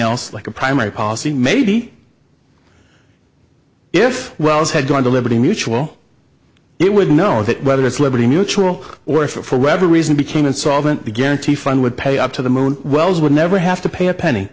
else like a primary policy maybe if wells had gone to liberty mutual it would know that whether it's liberty mutual or for whatever reason became insolvent began to fund would pay up to the moon wells would never have to pay a penny